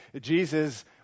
Jesus